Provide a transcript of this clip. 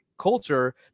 culture